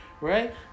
right